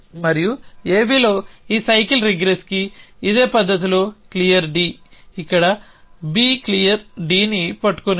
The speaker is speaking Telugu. మరియు AB లో ఈ సైకిల్ రిగ్రెస్కి ఇదే పద్ధతిలో క్లియర్ D ఇక్కడ B క్లియర్ Dని పట్టుకుని ఉంది